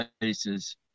places